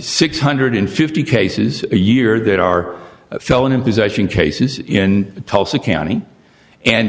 six hundred and fifty cases a year that are a felon in possession cases in tulsa county and